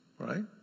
Right